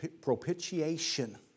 propitiation